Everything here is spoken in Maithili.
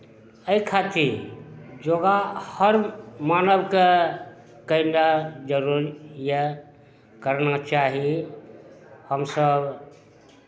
एहि खातिर योगा हर मानवकेँ कयनाइ जरूर यए करना चाही हमसभ